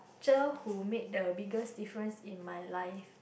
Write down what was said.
teacher who made the biggest difference in my life